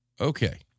Okay